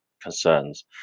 concerns